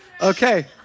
okay